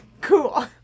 Cool